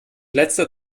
letzter